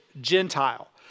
Gentile